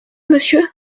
monsieur